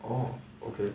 orh okay